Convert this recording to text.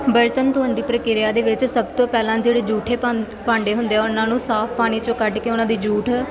ਬਰਤਨ ਧੋਣ ਦੀ ਪ੍ਰਕਿਰਿਆ ਦੇ ਵਿੱਚ ਸਭ ਤੋਂ ਪਹਿਲਾਂ ਜਿਹੜੇ ਜੂਠੇ ਭਾ ਭਾਂਡੇ ਹੁੰਦੇ ਆ ਉਹਨਾਂ ਨੂੰ ਸਾਫ਼ ਪਾਣੀ 'ਚੋਂ ਕੱਢ ਕੇ ਉਹਨਾਂ ਦੀ ਜੂਠ